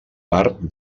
part